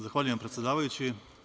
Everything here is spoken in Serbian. Zahvaljujem predsedavajući.